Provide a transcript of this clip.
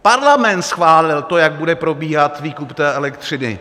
Parlament schválil to, jak bude probíhat výkup té elektřiny!